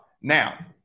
now